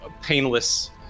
painless